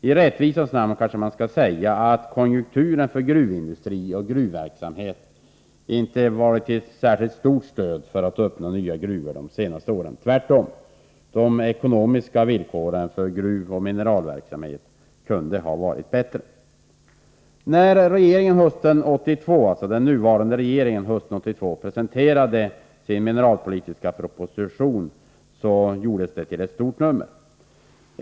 I rättvisans namn kanske man skall erinra om att konjunkturen för gruvverksamhet inte givit särskilt stort stöd för öppnande av nya gruvor under de senaste åren. Tvärtom: de ekonomiska villkoren för gruvoch mineralverksamhet kunde ha varit bättre. När den nuvarande regeringen hösten 1982 presenterade sin mineralpolitiska proposition gjordes den till ett stort nummer.